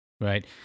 Right